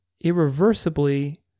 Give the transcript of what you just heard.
irreversibly